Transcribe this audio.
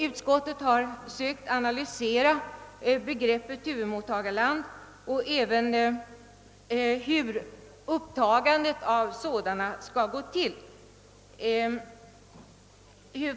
Utskottet har sökt analysera begreppet huvudmottagarland och även hur upptagandet av ett sådant skall gå till.